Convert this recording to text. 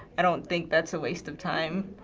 i don't think that's a waste of time.